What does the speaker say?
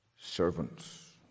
servants